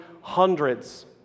hundreds